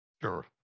Sure